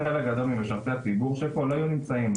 חלק גדול ממשרתי הציבור שפה לא היו נמצאים,